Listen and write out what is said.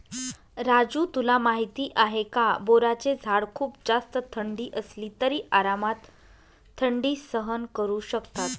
राजू तुला माहिती आहे का? बोराचे झाड खूप जास्त थंडी असली तरी आरामात थंडी सहन करू शकतात